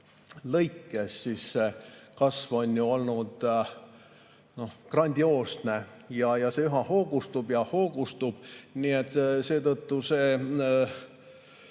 lõikes, siis kasv on ju olnud grandioosne, see üha hoogustub ja hoogustub. Seetõttu [sai